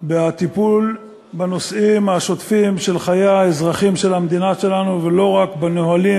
בטיפול בנושאים השוטפים של חיי האזרחים של המדינה שלנו ולא רק בנהלים